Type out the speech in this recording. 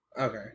Okay